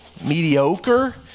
mediocre